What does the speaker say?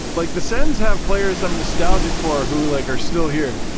like, the sens have players i'm nostalgic for who, like, are still here.